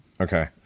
Okay